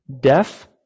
deaf